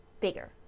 bigger